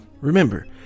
Remember